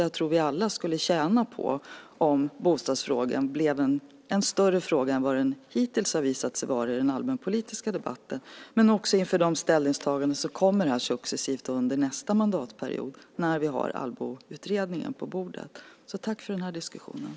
Jag tror att vi alla skulle tjäna på om bostadsfrågan blev en större fråga där än den hittills har visat sig vara i den allmänpolitiska debatten men också inför de ställningstaganden som kommer successivt under nästa mandatperiod när vi har Allboutredningen på bordet. Tack för den här diskussionen!